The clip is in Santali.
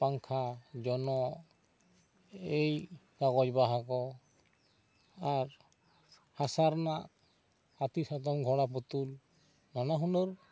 ᱯᱟᱝᱠᱷᱟ ᱡᱚᱱᱚᱜ ᱮᱭ ᱠᱟᱜᱚᱡᱽ ᱵᱟᱦᱟ ᱠᱚ ᱟᱨ ᱦᱟᱥᱟ ᱨᱮᱱᱟᱜ ᱦᱟᱹᱛᱤ ᱥᱟᱫᱚᱢ ᱜᱷᱚᱲᱟ ᱵᱩᱛᱩᱞ ᱱᱟᱱᱟ ᱦᱩᱱᱟᱹᱨ